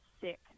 sick